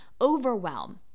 overwhelm